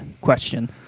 question